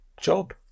job